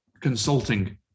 consulting